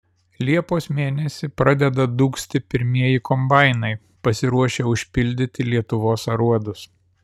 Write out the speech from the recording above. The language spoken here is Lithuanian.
liepos mėnesį pradeda dūgzti pirmieji kombainai pasiruošę užpildyti lietuvos aruodus